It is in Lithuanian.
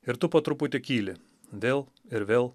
ir tu po truputį kyli vėl ir vėl